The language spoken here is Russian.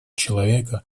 человека